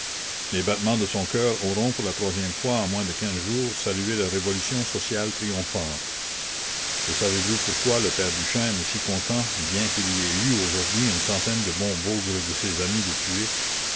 les battements de son cœur auront pour la e fois en moins de quinze jours salué la révolution sociale triomphante et savez-vous pourquoi le père duchêne est si content bien qu'il y ait eu aujourd'hui une centaine de bons bougres de ses amis de tués